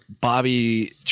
Bobby